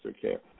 care